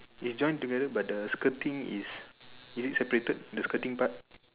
is joined together by the skirting is is it separated the skirting part